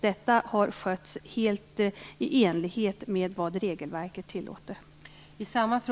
Detta har skötts helt i enlighet med vad regelverket tillåter.